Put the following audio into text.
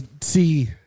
see